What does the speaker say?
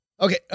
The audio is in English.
Okay